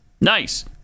Nice